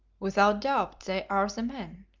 without doubt they are the men,